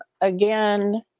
again